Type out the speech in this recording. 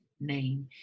name